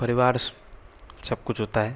परिवार सब कुछ होता है